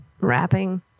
rapping